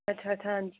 अच्छा अच्छा हांजी